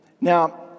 Now